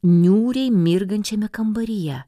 niūriai mirgančiame kambaryje